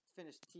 finished